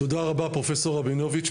תודה רבה פרופ' רבינוביץ'.